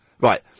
Right